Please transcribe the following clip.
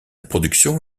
production